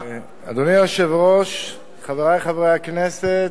אדוני היושב-ראש, חברי חברי הכנסת,